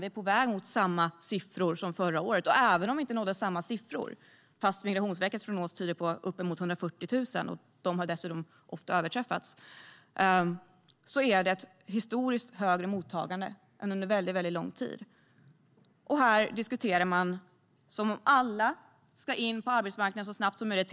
Vi är på väg mot samma siffror som förra året, och även om vi inte når samma siffror, fast Migrationsverkets prognos tyder på uppemot 140 000 och de har dessutom ofta överträffats, så är det ett historiskt större mottagande än under väldigt, väldigt lång tid. Och här diskuterar man som om alla ska in på arbetsmarknaden så snabbt som möjligt.